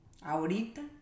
ahorita